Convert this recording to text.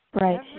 right